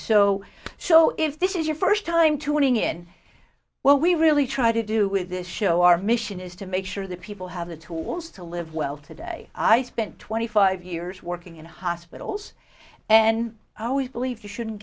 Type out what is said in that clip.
so so if this is your first time tuning in what we really try to do with this show our mission is to make sure that people have the tools to live well today i spent twenty five years working in hospitals and i always believed you shouldn't